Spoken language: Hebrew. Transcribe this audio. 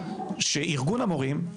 שארגון המורים,